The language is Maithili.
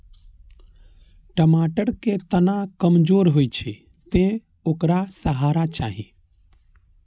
टमाटर के तना कमजोर होइ छै, तें ओकरा सहारा चाही